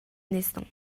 нээсэн